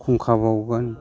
खुंखा बाउगोन